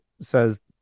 says